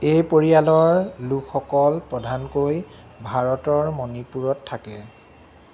এই পৰিয়ালৰ লোকসকল প্ৰধানকৈ ভাৰতৰ মণিপুৰত থাকে